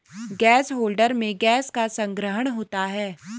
gas holder में gas का संग्रहण होता है